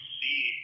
see